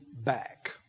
back